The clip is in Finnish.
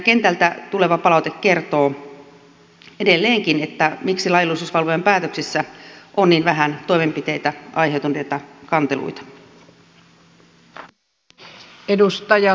kentältä tuleva palaute kertoo edelleenkin miksi laillisuusvalvojan päätöksissä on niin vähän toimenpiteitä aiheuttaneita kanteluita